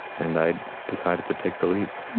and i decided to take the leap